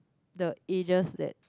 the ages that